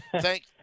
Thank